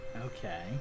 Okay